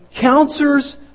counselors